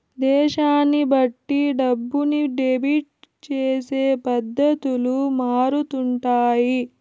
దేశాన్ని బట్టి డబ్బుని డెబిట్ చేసే పద్ధతులు మారుతుంటాయి